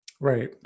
Right